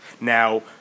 Now